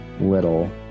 little